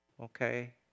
okay